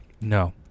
no